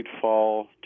fall